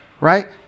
right